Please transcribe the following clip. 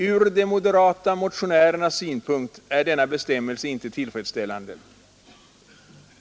Ur de moderata motionärernas synpunkt är denna bestämmelse inte tillfredsställande.